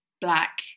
black